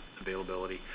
availability